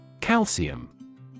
Calcium